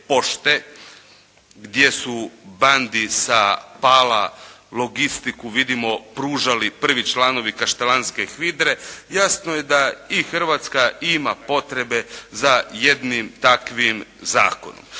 gdje su bandi sa Pala logistiku vidimo pružali prvi članovi kaštelanske HVIDRA-e, jasno je da i Hrvatska ima potrebe za jednim takvim zakonom.